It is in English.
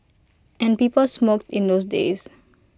and people smoked in those days